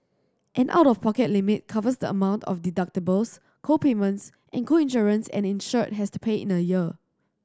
an out of pocket limit covers the amount of deductibles co payments and co insurance an insured has to pay in a year